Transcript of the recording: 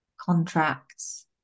contracts